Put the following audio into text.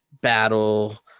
battle